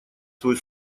свой